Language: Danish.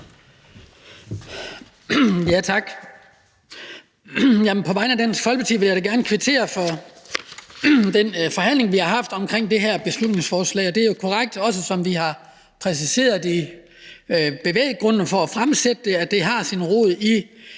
På vegne af Dansk Folkeparti vil jeg gerne kvittere for den forhandling, vi har haft om det her beslutningsforslag. Det er jo korrekt, sådan som vi også har præciseret det i vores bevæggrunde for at fremsætte det, at det har sin rod i